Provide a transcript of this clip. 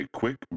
quick